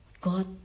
God